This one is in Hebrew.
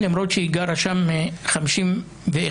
למרות שהיא גרה שם 51 שנים.